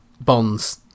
Bond's